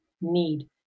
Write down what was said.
need